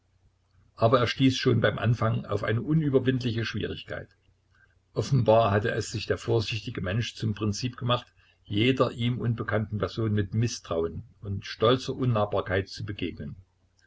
aber er stieß schon heim anfang auf eine unüberwindliche schwierigkeit offenbar hatte es sich der vorsichtige mensch zum prinzip gemacht jeder ihm unbekannten person mit mißtrauen und stolzer unnahbarkeit zu begegnen